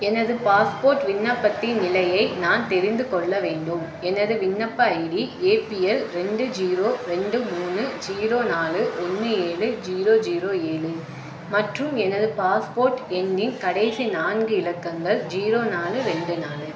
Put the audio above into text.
எனது பாஸ்போர்ட் விண்ணப்பத்தின் நிலையை நான் தெரிந்து கொள்ள வேண்டும் எனது விண்ணப்ப ஐடி ஏ பி எல் ரெண்டு ஜீரோ ரெண்டு மூணு ஜீரோ நாலு ஒன்று ஏழு ஜீரோ ஜீரோ ஏழு மற்றும் எனது பாஸ்போர்ட் எண்ணின் கடைசி நான்கு இலக்கங்கள் ஜீரோ நாலு ரெண்டு நாலு